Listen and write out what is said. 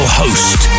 host